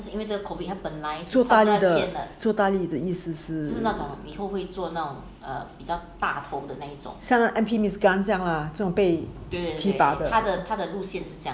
做大力的意思是像 M_P miss gam 这样啦这种会被提拔的